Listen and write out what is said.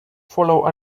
follow